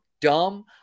dumb